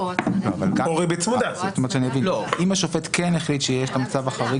אם השופט כן החליט שיש מצב חריג